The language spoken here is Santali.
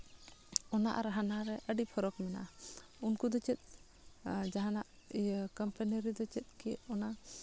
ᱚᱱᱟ ᱟᱨ ᱦᱟᱱᱟᱨᱮ ᱟᱹᱰᱤ ᱯᱷᱟᱨᱟᱠ ᱢᱮᱱᱟᱜᱼᱟ ᱩᱱᱠᱩ ᱫᱚ ᱪᱮᱫ ᱡᱟᱦᱟᱱᱟᱜ ᱤᱭᱟᱹ ᱠᱚᱢᱯᱟᱱᱤ ᱨᱮᱫᱚ ᱪᱮᱫ ᱠᱤ ᱚᱱᱟ